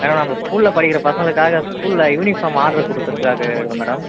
madam நம்ம ஸ்கூலில் படிக்கிற பசங்களுக்காக ஸ்கூலில் யூனிஃபார்ம் ஆட்ரு கொடுக்கறதுக்காக மேடம்